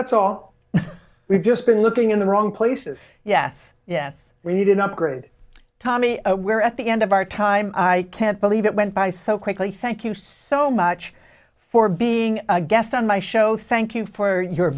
that's all we've just been looking in the wrong places yes yes we need an upgrade tommy aware at the end of our time i can't believe it went by so quickly thank you so much for being a guest on my show thank you for your